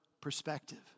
perspective